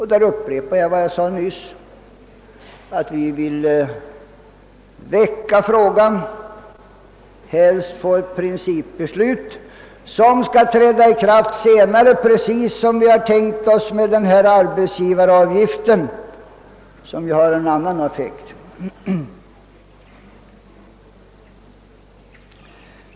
Här upprepar jag vad jag nyss sade, nämligen att vi vill väcka frågan och helst få ett principbeslut till stånd om åtgärder, som skall träda i kraft senare precis på samma sätt som vi föreslagit beträffande arbetsgivaravgiften, som ju har en annan effekt.